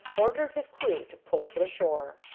ordered his crew to pull for the shore.